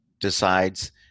decides